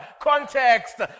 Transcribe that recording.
context